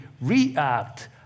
react